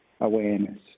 awareness